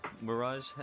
Mirage